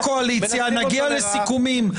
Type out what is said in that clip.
אתה --- שימוש לרעה.